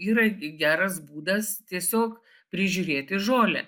yra gi geras būdas tiesiog prižiūrėti žolę